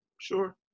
sure